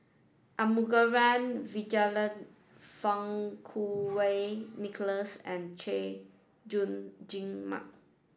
Arumugam Vijiaratnam Fang Kuo Wei Nicholas and Chay Jung Jun Mark